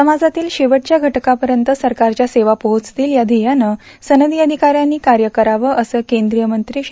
समाजातील शेवटच्या घटकापर्यंत सरकारच्या सेवा पोहोचतील या ध्येयानं सनदी अधिकाऱ्यांनी कार्य करावं असं केंद्रीय मंत्री श्री